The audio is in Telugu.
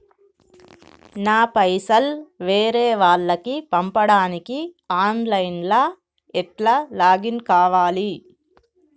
నా పైసల్ వేరే వాళ్లకి పంపడానికి ఆన్ లైన్ లా ఎట్ల లాగిన్ కావాలి?